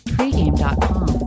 Pregame.com